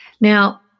Now